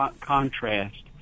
contrast